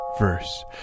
Verse